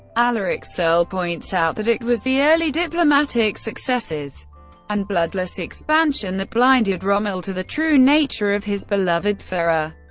alaric searle points out that it was the early diplomatic successes and bloodless expansion that blinded rommel to the true nature of his beloved fuhrer,